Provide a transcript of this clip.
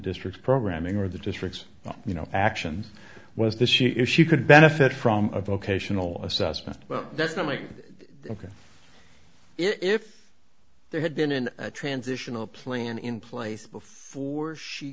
district programming or the district's you know actions was this she if she could benefit from a vocational assessment but that's not like ok if there had been an transitional plan in place before she